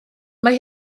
mae